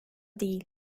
değil